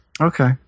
okay